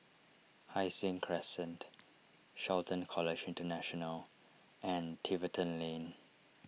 Hai Sing Crescent Shelton College International and Tiverton Lane